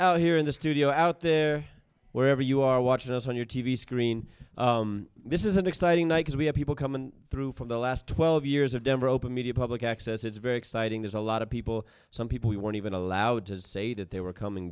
oh here in the studio out there wherever you are watching us on your t v screen this is an exciting night as we have people coming through from the last twelve years of denver open media public access it's very exciting there's a lot of people some people who weren't even allowed to say that they were coming